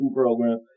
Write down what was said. program